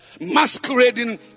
masquerading